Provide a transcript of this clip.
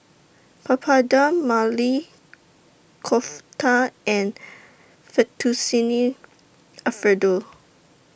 Papadum Maili Kofta and Fettuccine Alfredo